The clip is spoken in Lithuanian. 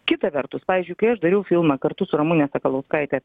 kita vertus pavyzdžiui kai aš dariau filmą kartu su ramune sakalauskaite